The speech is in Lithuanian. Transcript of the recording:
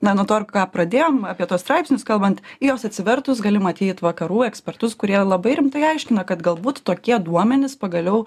na nuo to ir ką pradėjom apie tuos straipsnius kalbant juos atsivertus gali matyt vakarų ekspertus kurie labai rimtai aiškina kad galbūt tokie duomenys pagaliau